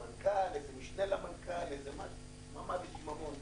שממה ושממון.